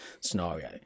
scenario